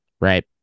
right